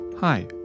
Hi